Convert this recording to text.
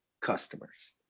customers